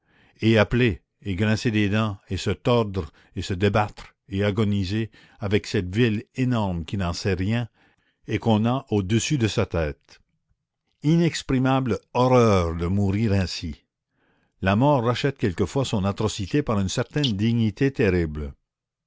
et appeler et grincer des dents et se tordre et se débattre et agoniser avec cette ville énorme qui n'en sait rien et qu'on a au-dessus de sa tête inexprimable horreur de mourir ainsi la mort rachète quelquefois son atrocité par une certaine dignité terrible